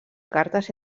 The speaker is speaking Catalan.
cartes